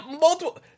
multiple